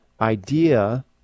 idea